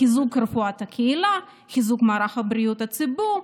לחיזוק רפואת הקהילה, חיזוק מערך בריאות הציבור,